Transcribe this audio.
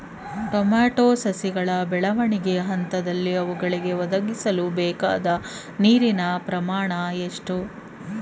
Tomato ಸಸಿಗಳ ಬೆಳವಣಿಗೆಯ ಹಂತದಲ್ಲಿ ಅವುಗಳಿಗೆ ಒದಗಿಸಲುಬೇಕಾದ ನೀರಿನ ಪ್ರಮಾಣ ಎಷ್ಟು?